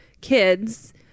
kids